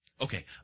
Okay